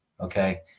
Okay